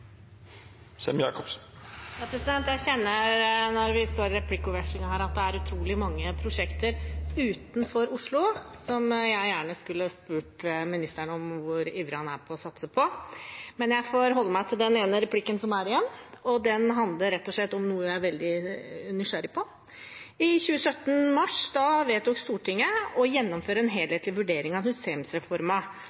Jeg skjønner av replikkvekslingen her at det er utrolig mange prosjekter utenfor Oslo jeg gjerne skulle spurt ministeren om hvor ivrig han er etter å satse på, men jeg får holde meg til den ene replikken som er igjen, og den handler rett og slett om noe jeg er veldig nysgjerrig på. I mars 2017 vedtok Stortinget å be regjeringen «gjennomføre en